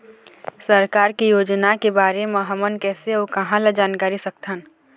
सरकार के योजना के बारे म हमन कैसे अऊ कहां ल जानकारी सकथन?